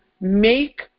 make